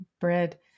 bread